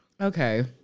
Okay